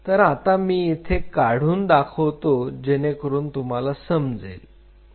तर आता मी इथे काढून दाखवतो जेणेकरून तुम्हाला समजेल